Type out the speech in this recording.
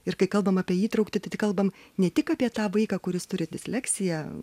ir kai kalbam apie jį traukti tai kalbam ne tik apie tą vaiką kuris turi disleksiją